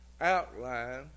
outline